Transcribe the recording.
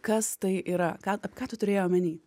kas tai yra ką ką tu turėjai omeny